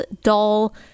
doll